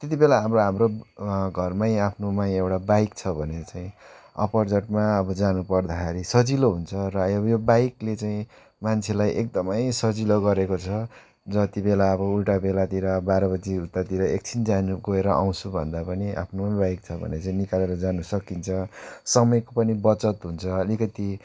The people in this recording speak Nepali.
त्यति बेला हाम्रो हाम्रो घरमै आफ्नोमा एउटा बाइक छ भने चाहिँ अपर्झटमा अब जानु पर्दाखेरि सजिलो हुन्छ र यो यो बाइकले चाहिँ मान्छेलाई एकदमै सजिलो गरेको छ जति बेला अब उल्टा बेलातिर बाह्र बजे उतातिर एकक्षण जानु गएर आउँछु भन्दा पनि आफ्नो नि बाइक छ भने चाहिँ निकालेर जानु सकिन्छ समयको पनि बचत हुन्छ अलिकति